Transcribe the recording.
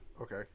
Okay